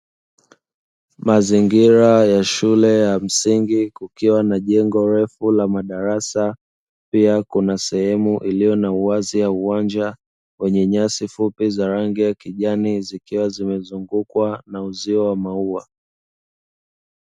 Mazingira ya shule ya msingi kukiwa na jengo refu la madarasa, pia kuna sehemu iliyo na uwazi ya uwanja yenye nyasi fupi za rangi ya kijani zikiwa zimezungukwa na uzio wa maua.